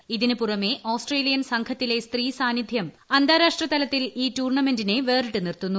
ഇതിന് പുറമേ ഓസ്ട്രേലിയൻ സംഘത്തിലെ സ്ത്രീ സാന്നിധൃം അന്താരാഷ്ട്ര തലത്തിൽ ഈ ടൂർണമെന്റിനെ വേറിട്ട് നിർത്തുന്നു